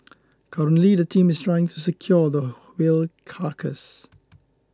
currently the team is trying to secure the whale carcass